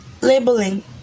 labeling